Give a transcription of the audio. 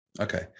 Okay